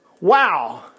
Wow